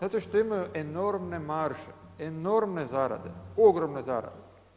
Zato što imaju enormne marže, enormne zarade, ogromne zarade.